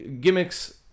gimmicks